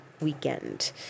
weekend